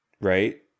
Right